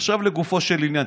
עכשיו לגופו של עניין.